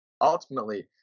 Ultimately